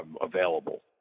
available